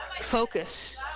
focus